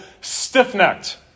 stiff-necked